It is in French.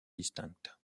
distinctes